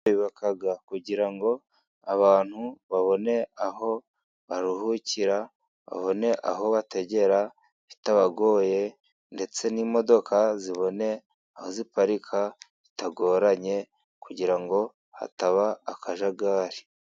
Bayuba kugira ngo abantu babone aho baruhukira, babone aho bategera bitabagoye, ndetse n'imodoka zibone aho ziparika bitagoranye, kugira ngo hataba akajagari.